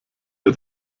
der